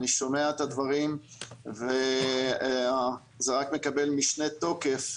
אני שומע את הדברים וזה רק מקבל משנה תוקף,